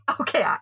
okay